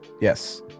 Yes